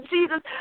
Jesus